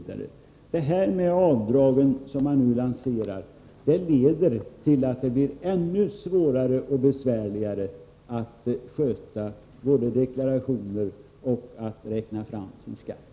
Det system med avdrag som ni nu lanserar skulle leda till att det blir ännu svårare och besvärligare både att deklarera och att räkna fram sin skatt.